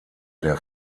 der